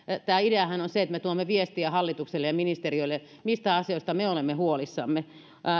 tämä ideahan on se että me tuomme viestiä hallitukselle ja ministeriölle mistä asioista me olemme huolissamme